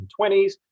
1920s